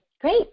Great